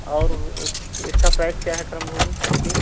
और उस इसका प्राइस क्या है करमभूमि की